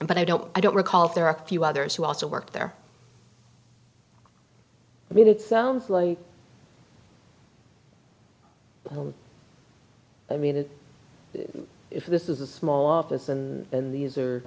but i don't i don't recall if there are a few others who also work there i mean it sounds like home i mean it if this is a small office and then these are